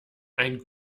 ein